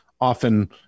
often